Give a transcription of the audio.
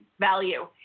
value